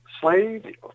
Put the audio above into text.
slave